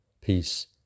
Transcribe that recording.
Peace